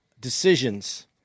decisions